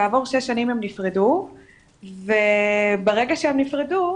כעבור שש שנים הם נפרדו וברגע שהם נפרדו,